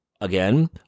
again